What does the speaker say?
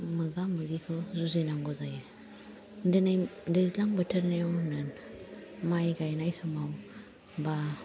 मोगा मोगिखौ जुजिनांगौ जायो दिनै दैज्लां बोथोरनिआवनो होन माइ गाइनाय समावबा